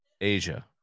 Asia